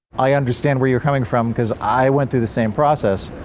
i understand where you're coming from because i went through the same process.